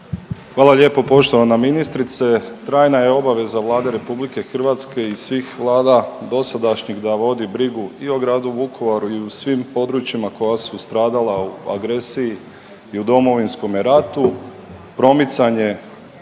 Hvala lijepo poštovana ministrice. Trajna je obaveza Vlade Republike Hrvatske i svih Vlada dosadašnjih da vodi brigu i o gradu Vukovaru i o svim područjima koja su stradala u agresiji i u Domovinskome ratu, promicanje